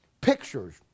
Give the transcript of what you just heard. pictures